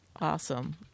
Awesome